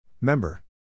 Member